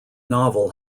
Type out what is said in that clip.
novel